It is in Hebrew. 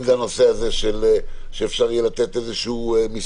אם זה הנושא שאפשר יהיה לתת איזה מסמך,